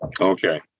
Okay